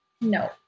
No